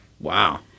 Wow